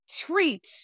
treat